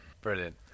Brilliant